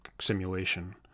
simulation